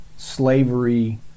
slavery